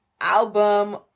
album